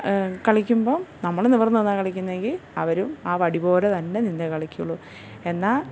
കളിക്കുമ്പം നമ്മൾ നിവർന്ന് നിന്നാണ് കളിക്കുന്നതെങ്കിൽ അവരും ആ വടിപോലെ തന്നെ നിന്നേ കളിക്കുള്ളൂ എന്നാൽ